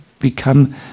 become